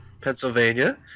Pennsylvania